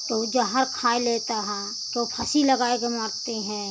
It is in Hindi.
केहू ज़हर खाय लेता है केहू फांसी लगा कर मरते हैं